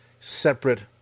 separate